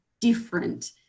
different